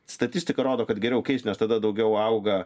statistika rodo kad geriau keist nes tada daugiau auga